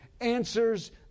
answers